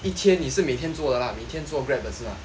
一天你是每天做的啦每天做 Grab 的是吗